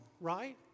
right